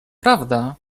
prawda